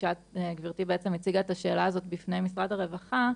אבל כשגברתי בעצם הציגה את השאלה הזאת בפני משרד הרווחה,